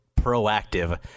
proactive